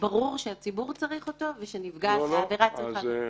שברור שהציבור צריך אותו ושנפגעת העבירה צריכה אותו.